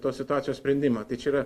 tos situacijos sprendimą tai čia yra